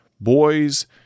Boys